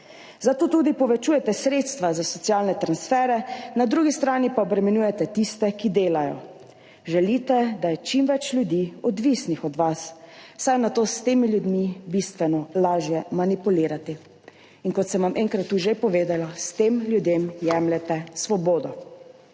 Zato tudi povečujete sredstva za socialne transfere, na drugi strani pa obremenjujete tiste, ki delajo. Želite, da je čim več ljudi odvisnih od vas, saj je nato s temi ljudmi bistveno lažje manipulirati. In kot sem vam enkrat tu že povedala, s tem ljudem jemljete svobodo.